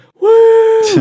Woo